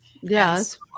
Yes